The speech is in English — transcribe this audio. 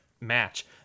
match